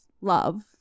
love